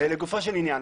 לגופו של עניין,